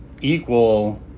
equal